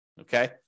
Okay